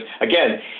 again